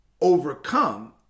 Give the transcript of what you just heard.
overcome